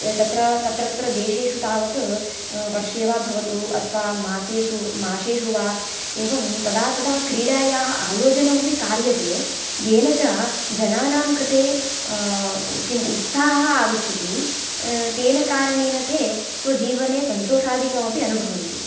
तत्र तत्र तत्र देशेषु तावत् वर्षे वा भवतु अथवा मासेषु मासेषु वा एवं तदा तदा क्रीडायाः आयोजनमपि कार्यते येन च जनानां कृते किम् उत्साहः आगच्छति तेन कारणेन ते स्वजीवने सन्तोषाधिकमपि अनुभवन्ति